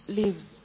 leaves